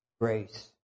grace